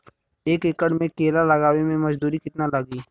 एक एकड़ में केला लगावे में मजदूरी कितना लागी?